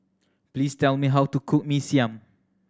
please tell me how to cook Mee Siam